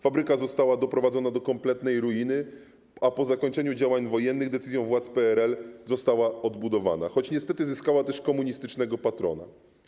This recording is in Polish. Fabryka została doprowadzona do kompletnej ruiny, a po zakończeniu działań wojennych decyzją władz PRL została odbudowana, choć niestety zyskała też komunistycznego patrona.